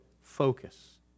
focus